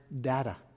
data